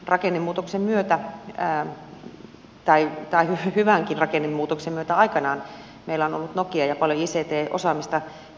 rakennemuutoksen myötä hyvänkin rakennemuutoksen myötä aikanaan meillä on ollut nokia ja paljon ict osaamista